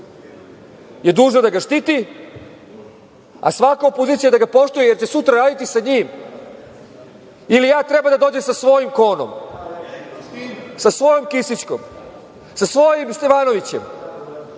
je dužna da ga štiti, a svaka opozicija da ga poštuje jer će sutra raditi sa njim ili ja treba da dođem sa svojim Konom, sa svojom Kisićkom, sa svojim Stevanovićem,